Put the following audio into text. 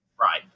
Right